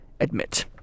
admit